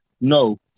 no